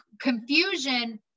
confusion